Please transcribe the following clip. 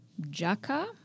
Jaka